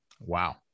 Wow